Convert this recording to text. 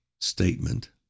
statement